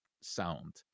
sound